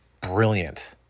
brilliant